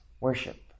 worship